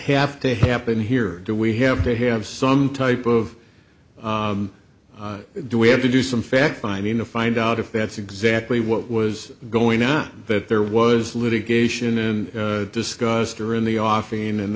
have to happen here do we have to have some type of do we have to do some fact finding to find out if that's exactly what was going on that there was litigation and discussed or in the offing and